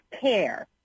CARE